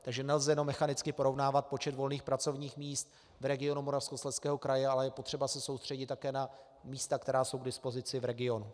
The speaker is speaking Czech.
Takže nelze jenom mechanicky porovnávat počet volných pracovních míst v regionu Moravskoslezského kraje, ale je potřeba se soustředit také na místa, která jsou k dispozici v regionu.